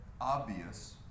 obvious